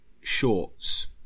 shorts